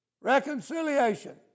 Reconciliation